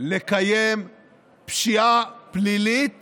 לקיים פשיעה פלילית